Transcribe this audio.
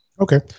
Okay